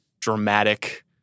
dramatic